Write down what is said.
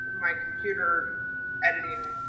like computer editing,